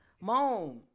mom